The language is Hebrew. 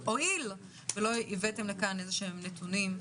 הואיל ולא הבאתם לכאן איזשהם נתונים,